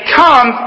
come